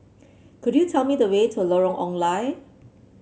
could you tell me the way to Lorong Ong Lye